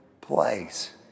place